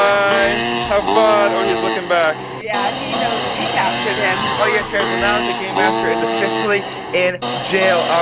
have fun. oh he's looking back. yeah he knows we captured him. oh yeah sharers, well now that the game master is officially in jail,